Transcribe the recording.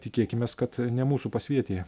tikėkimės kad ne mūsų pasvietėje